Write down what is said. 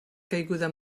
caiguda